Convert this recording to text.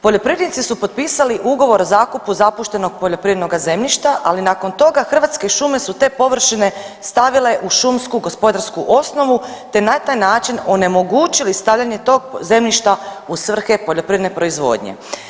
Poljoprivrednici su potpisali ugovor o zakupu zapuštenog poljoprivrednoga zemljišta, ali nakon toga Hrvatske šume su te površine stavile u šumsku gospodarsku osnovu te na taj način onemogućili stavljanje tog zemljišta u svrhe poljoprivredne proizvodnje.